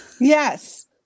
yes